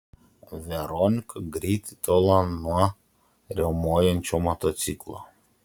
veronika greitai tolo nuo riaumojančio motociklo